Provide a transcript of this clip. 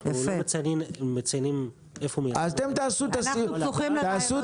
אנחנו לא מציינים איפה --- אתם תעשו את סיעור